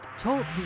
talk